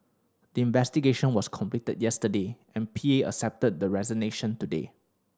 the investigation was completed yesterday and P A accepted the resignation today